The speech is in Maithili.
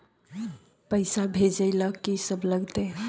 पैसा भेजै ल की सब लगतै?